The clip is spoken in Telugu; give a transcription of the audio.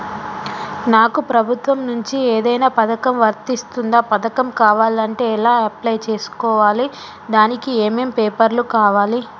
నాకు ప్రభుత్వం నుంచి ఏదైనా పథకం వర్తిస్తుందా? పథకం కావాలంటే ఎలా అప్లై చేసుకోవాలి? దానికి ఏమేం పేపర్లు కావాలి?